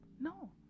No